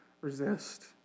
resist